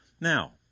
Now